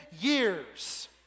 years